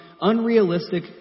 unrealistic